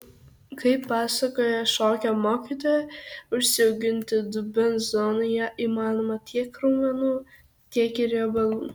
kaip pasakoja šokio mokytoja užsiauginti dubens zonoje įmanoma tiek raumenų tiek ir riebalų